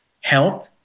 help